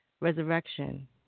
resurrection